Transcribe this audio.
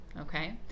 okay